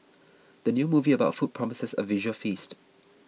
the new movie about food promises a visual feast